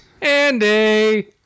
Andy